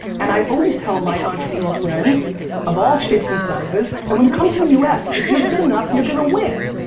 and i always tell my entrepreneur friends of all shapes and sizes that when you come to the us if you're good enough you're going to win.